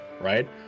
right